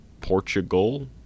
Portugal